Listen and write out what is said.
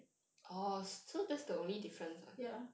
ya